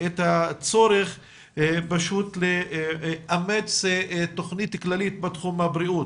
אני פותח את ישיבת הוועדה לזכויות הילד,